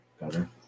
better